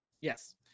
Yes